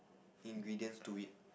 ingredients to it